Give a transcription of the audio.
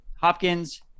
Hopkins